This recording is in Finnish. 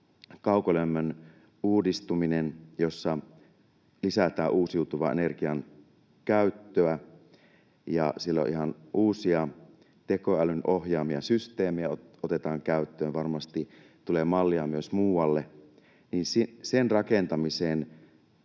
kaukolämmön uudistuminen, jossa lisätään uusiutuvan energian käyttöä. Siellä ihan uusia tekoälyn ohjaamia systeemejä otetaan käyttöön, varmasti tulee mallia myös muualle, ja sen rakentamiseen